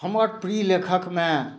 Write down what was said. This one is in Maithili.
हमर प्रिय लेखकमे